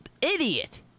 idiot